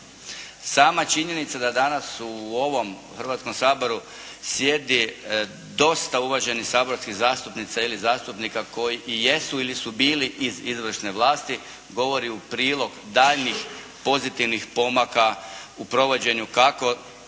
Sama činjenica da danas u ovom Hrvatskom saboru sjedi dosta uvaženih saborskih zastupnica ili zastupnika koji i jesu ili su bili iz izvršne vlasti govori u prilog daljnjih pozitivnih pomaka u provođenju kako